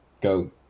go